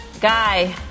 Guy